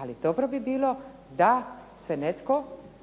ali dobro bi bilo da se netko,